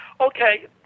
okay